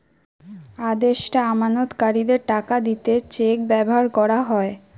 আদেষ্টা আমানতকারীদের টাকা দিতে চেক ব্যাভার কোরা হয়